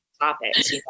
topics